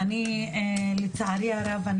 לצערי הרב,